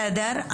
בסדר.